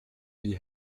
die